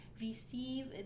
receive